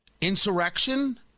Insurrection